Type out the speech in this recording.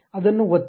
ಅದನ್ನು ಒತ್ತಿ